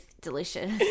delicious